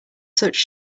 such